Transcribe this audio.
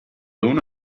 uno